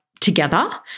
together